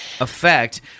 effect